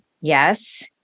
Yes